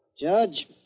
Judge